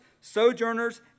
sojourners